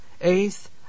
Eighth